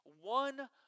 One